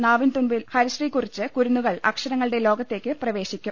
നാവിൻ തുമ്പിൽ ഹരിശ്രീ കുറിച്ച് കുരുന്നു കൾ അക്ഷരങ്ങളുടെ ലോകത്തേക്ക് പ്രവേശിക്കും